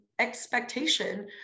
expectation